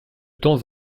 temps